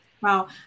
Wow